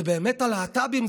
זה באמת הלהט"בים?